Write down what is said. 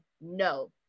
No